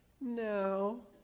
No